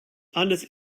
alles